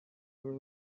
were